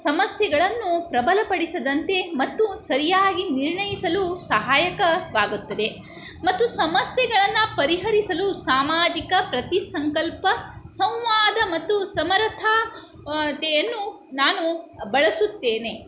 ಸಮಸ್ಯೆಗಳನ್ನು ಪ್ರಬಲಪಡಿಸದಂತೆ ಮತ್ತು ಸರಿಯಾಗಿ ನಿರ್ಣಯಿಸಲು ಸಹಾಯಕವಾಗುತ್ತದೆ ಮತ್ತು ಸಮಸ್ಯೆಗಳನ್ನು ಪರಿಹರಿಸಲು ಸಾಮಾಜಿಕ ಪ್ರತಿ ಸಂಕಲ್ಪ ಸಂವಾದ ಮತ್ತು ಸಮರಥಾ ತೆಯನ್ನು ನಾನು ಬಳಸುತ್ತೇನೆ